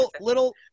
little